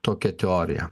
tokia teorija